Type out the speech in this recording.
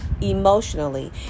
emotionally